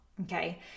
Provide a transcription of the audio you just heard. okay